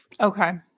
Okay